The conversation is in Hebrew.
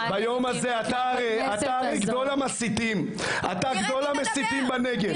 אתה גדול המסיתים בנגב.